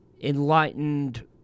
enlightened